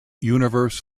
universe